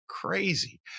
crazy